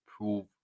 prove